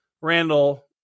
Randall